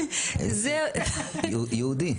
יהודי.